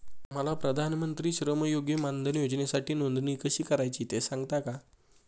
मला प्रधानमंत्री श्रमयोगी मानधन योजनेसाठी नोंदणी कशी करायची ते सांगता का?